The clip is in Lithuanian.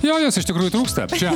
jo jos iš tikrųjų trūksta čia